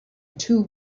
two